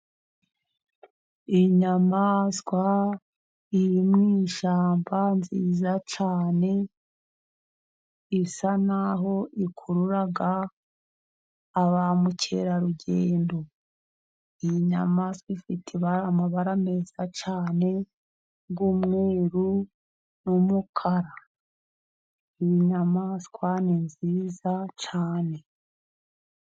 Inyamaswa iri mu ishyamba nziza cyane, isa n'aho ikurura ba mukerarugendo, iyi nyamaswa ifite amabara meza cyane y'umweru n'umukara, inyamaswa ni nziza cyane.